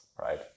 right